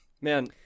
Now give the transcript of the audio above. man